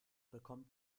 bekommt